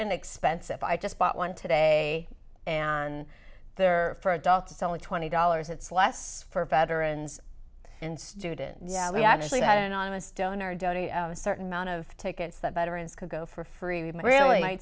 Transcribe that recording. inexpensive i just bought one today and they're for adults only twenty dollars it's less for veterans and student yeah we actually had anonymous donor donate a certain amount of tickets that veterans could go for free really